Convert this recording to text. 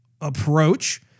approach